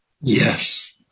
Yes